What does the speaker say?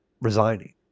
resigning